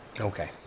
okay